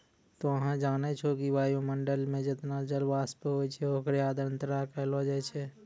तोहं जानै छौ कि वायुमंडल मं जतना जलवाष्प होय छै होकरे आर्द्रता कहलो जाय छै